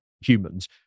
humans